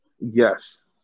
Yes